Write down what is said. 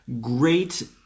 Great